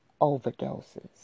overdoses